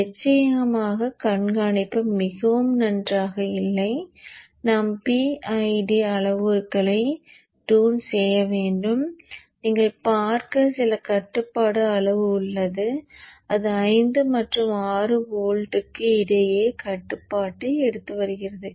நிச்சயமாக கண்காணிப்பு மிகவும் நன்றாக இல்லை நாம் PID அளவுருக்களை டியூன் செய்ய வேண்டும் நீங்கள் பார்க்க சில கட்டுப்பாடு அளவு உள்ளது அது 5 மற்றும் 6 வோல்ட்க்கு இடையே கட்டுப்பாட்டை எடுத்து வருகிறது